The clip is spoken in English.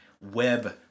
web